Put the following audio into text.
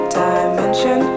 dimension